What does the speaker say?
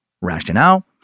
Rationale